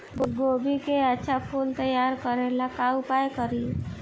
गोभी के अच्छा फूल तैयार करे ला का उपाय करी?